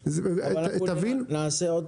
אבל אנחנו נעשה עוד פעימה.